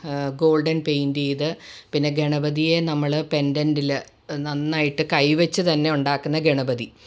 golden paint ചെയ്ത് പിന്നെ ഗണപതിയെ നമ്മള് പെൻ്റൻറ്റില് നന്നായിട്ട് കൈവെച്ച് തന്നെ ഉണ്ടാക്കുന്ന ഗണപതി